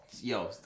Yo